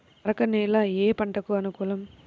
మెరక నేల ఏ పంటకు అనుకూలం?